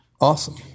Awesome